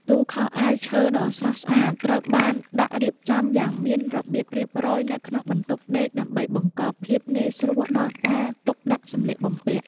ទូខោអាវឈើដ៏ស្រស់ស្អាតត្រូវបានដាក់រៀបចំយ៉ាងមានរបៀបរៀបរយនៅក្នុងបន្ទប់ដេកដើម្បីបង្កភាពងាយស្រួលដល់ការទុកដាក់សម្លៀកបំពាក់។